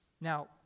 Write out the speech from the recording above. Now